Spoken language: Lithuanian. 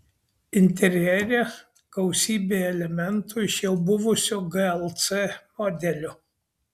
interjere gausybė elementų iš jau buvusio glc modelio